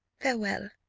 farewell.